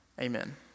Amen